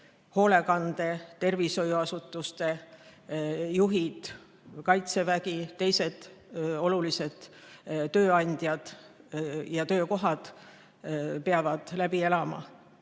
hoolekande ja tervishoiuasutuste juhid, Kaitsevägi, teised olulised tööandjad ja töökohad peavad läbi elama.